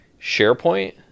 SharePoint